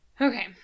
Okay